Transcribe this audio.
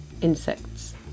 insects